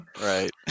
right